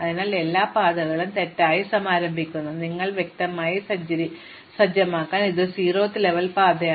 അതിനാൽ നിങ്ങൾ എല്ലാ പാതകളും തെറ്റായി സമാരംഭിക്കുന്നു നിങ്ങൾ വ്യക്തമായി സജ്ജമാക്കുമ്പോൾ അത് ഒരു സീറോത്ത് ലെവൽ പാതയാണ്